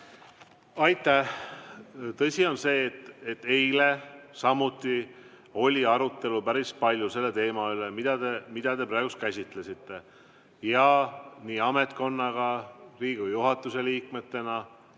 Aitäh! Tõsi on see, et eile samuti arutati päris palju selle teema üle, mida te praegu käsitlesite. Nii ametkonnal, Riigikogu juhatuse liikmetel